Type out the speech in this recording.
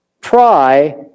try